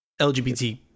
LGBT